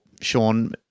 Sean